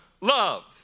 love